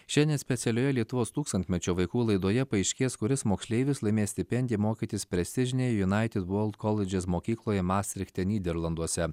šiandien specialioje lietuvos tūkstantmečio vaikų laidoje paaiškės kuris moksleivis laimės stipendiją mokytis prestižinėj united world colleges mokykloje mastrichte nyderlanduose